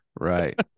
Right